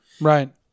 Right